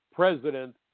president